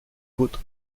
côtes